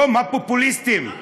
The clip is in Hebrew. יום הפופוליסטים.